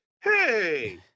hey